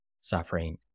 suffering